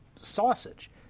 sausage